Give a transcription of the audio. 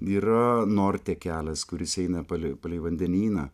yra norte kelias kuris eina palei palei vandenyną